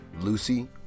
Lucy